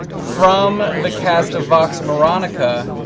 from the cast of vox moronica